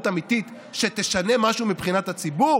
אמיתית שתשנה משהו מבחינת הציבור?